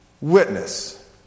witness